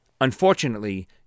Unfortunately